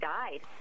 died